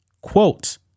Quote